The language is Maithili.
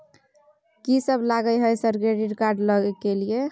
कि सब लगय हय सर क्रेडिट कार्ड लय के लिए?